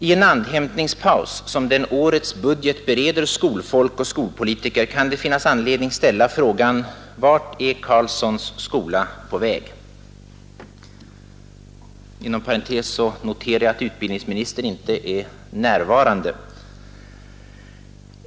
I en andhämtningspaus som den årets budget bereder skolfolk och skolpolitiker kan det finnas anledning ställa frågan: ”Vart är Carlssons skola på väg?”